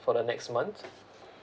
for the next month